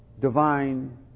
divine